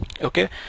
Okay